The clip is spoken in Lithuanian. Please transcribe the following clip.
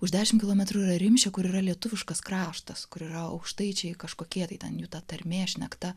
už dešimt kilometrų yra rimšę kur yra lietuviškas kraštas kur yra aukštaičiai kažkokie tai ten jų ta tarmė šnekta